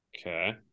Okay